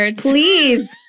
Please